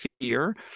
fear